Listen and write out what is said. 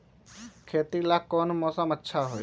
खेती ला कौन मौसम अच्छा होई?